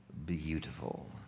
Beautiful